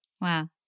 wow